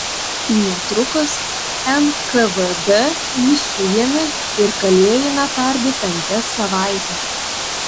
netrukus nkvd jį suėmė ir kalėjime tardė penkias savaites